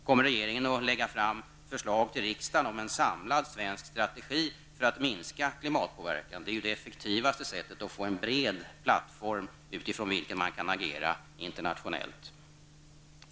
Kommer regeringen att lägga fram förslag till riksdagen om en samlad svensk strategi för att minska klimatpåverkan? Det är ju det effektivaste sättet att få en bred plattform utifrån vilken man kan agera internationellt.